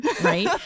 Right